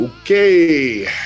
okay